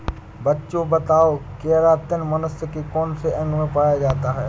बच्चों बताओ केरातिन मनुष्य के कौन से अंग में पाया जाता है?